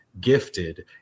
gifted